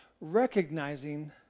recognizing